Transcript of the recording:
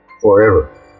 forever